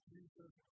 Jesus